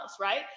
right